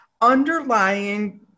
underlying